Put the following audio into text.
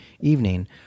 evening